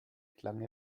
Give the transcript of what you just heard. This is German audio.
klang